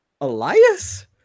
Elias